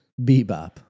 bebop